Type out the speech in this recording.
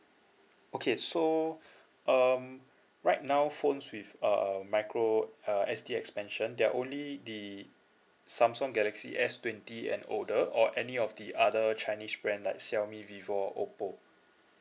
okay so um right now phones with uh micro uh S_D expansion there are only the samsung galaxy S twenty and older or any of the other chinese brand like xiaomi vivo oppo